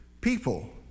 people